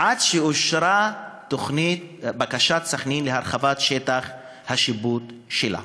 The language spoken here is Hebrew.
עד שאושרה בקשת סח'נין להרחבת שטח השיפוט שלה.